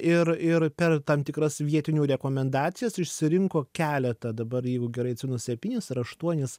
ir ir per tam tikras vietinių rekomendacijas išsirinko keletą dabar jeigu gerai atsimenu septynis ar aštuonis